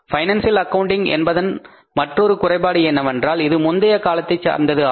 financial accounting என்பதன் மற்றொரு குறைபாடு என்னவென்றால் இது முந்தைய காலத்தைச் சார்ந்தது ஆகும்